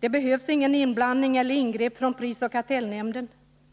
Det behövdes inte inblandning eller ingrepp från prisoch kartellnämnden,